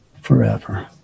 forever